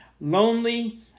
Lonely